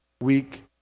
week